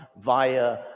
via